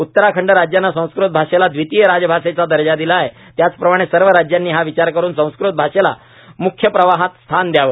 उत्तराखंड राज्याने संस्कृत भाषेला दवितीय राजभाषेचा दर्जा दिला आहे त्याचप्रमाणे सर्व राज्यांनी हा विचार करून संस्कृत भाषेला मुख्य प्रवाहात स्थान दयावे